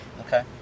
Okay